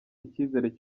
icyizere